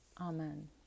Amen